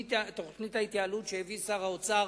תוכנית ההתייעלות שהביא שר האוצר